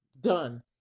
done